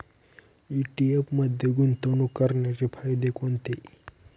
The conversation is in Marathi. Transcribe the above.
ई.टी.एफ मध्ये गुंतवणूक करण्याचे फायदे कोणते?